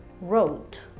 wrote